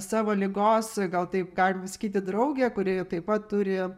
savo ligos gal taip galima sakyti draugę kuri taip pat turi